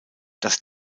das